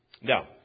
Now